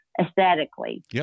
aesthetically